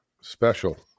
special